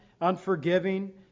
unforgiving